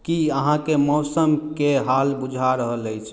की अहाँके मौसम के हाल बूझा रहल अछि